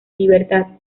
libertad